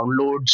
downloads